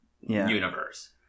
universe